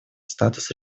статус